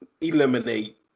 eliminate